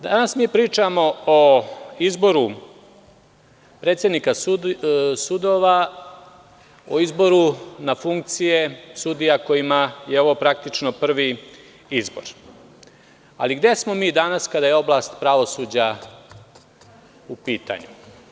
Danas mi pričao o izboru predsednika sudova, o izboru na funkcije sudija kojima je ovo praktično prvi izbor, ali gde smo mi danas kada je oblast pravosuđa u pitanju?